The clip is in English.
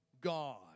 God